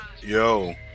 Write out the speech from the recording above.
yo